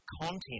content